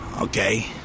Okay